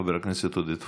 חבר הכנסת עודד פורר,